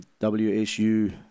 WSU